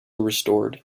restored